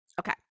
Okay